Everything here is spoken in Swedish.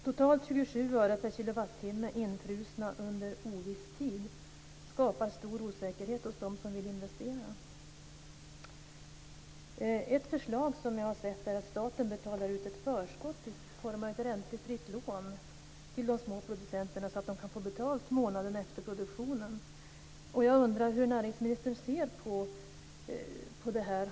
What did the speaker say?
Totalt 27 öre per kilowattimme infrusna under oviss tid skapar stor osäkerhet hos dem som vill investera. Ett förslag som jag har sett är att staten betalar ut ett förskott i form av ett räntefritt lån till de små producenterna, så att de kan få betalt månaden efter produktionen. Jag undrar hur näringsministern ser på detta.